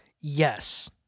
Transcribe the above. Yes